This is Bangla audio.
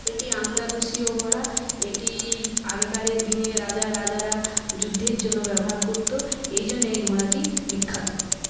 এটি আন্দালুসীয় ঘোড়া এটি আগেকারের দিনে রাজা রাজারা যুদ্ধের জন্য ব্যবহার করতো এইজন্য এই ঘোড়াটি বিখ্যাত